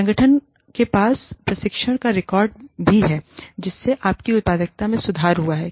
संगठन के पास प्रशिक्षण का रिकॉर्ड भी है जिससे आपकी उत्पादकता में सुधार हुआ है